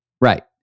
Right